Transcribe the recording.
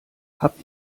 habt